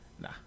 Nah